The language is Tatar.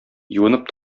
юынып